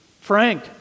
frank